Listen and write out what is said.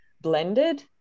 blended